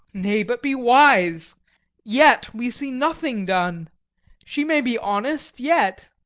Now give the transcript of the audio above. nay, but be wise yet we see nothing done she may be honest yet.